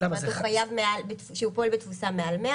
מעל גיל 12